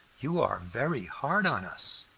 you are very hard on us,